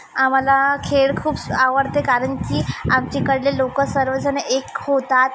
आम्हाला खेळ खूप आवडते कारण की आमच्या इकडले लोक सर्व जण एक होतात